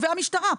והמשטרה,